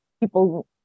people